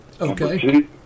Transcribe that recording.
Okay